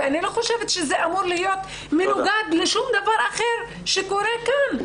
אני לא חושבת שזה אמור להיות מנוגד לשום דבר אחר שקורה כאן.